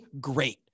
great